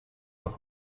noch